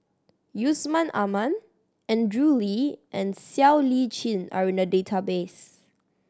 Yusman Aman Andrew Lee and Siow Lee Chin are in the database